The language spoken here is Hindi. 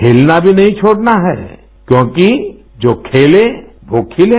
खेलना भी नहीं छोड़ना है क्योंकि जो खेले वो खिले